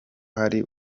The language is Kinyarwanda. hari